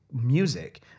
music